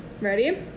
ready